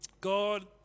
God